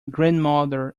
grandmother